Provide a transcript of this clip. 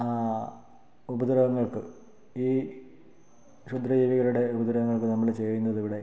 ആ ഉപദ്രവങ്ങൾക്ക് ഈ ക്ഷുദ്രജീവികളുടെ ഉപദ്രവങ്ങൾക്ക് നമ്മൾ ചെയ്യുന്നത് ഇവിടെ